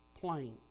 plain